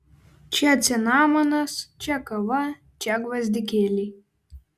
čia cinamonas čia kava čia gvazdikėliai